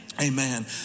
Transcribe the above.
Amen